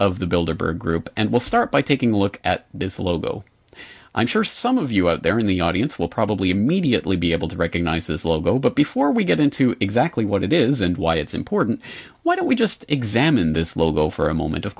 of the builder birth group and we'll start by taking a look at this logo i'm sure some of you out there in the audience will probably immediately be able to recognize this logo but before we get into exactly what it is and why it's important why don't we just examine this logo for a moment of